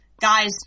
guys